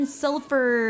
sulfur